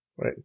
right